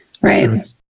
right